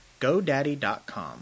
GoDaddy.com